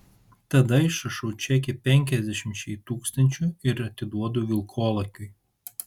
tada išrašau čekį penkiasdešimčiai tūkstančių ir atiduodu vilkolakiui